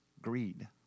greed